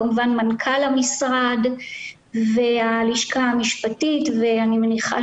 כמובן מנכ"ל המשרד והלשכה המשפטית ואני מניחה